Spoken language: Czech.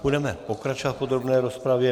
Budeme pokračovat v podrobné rozpravě.